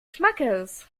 schmackes